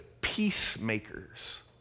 peacemakers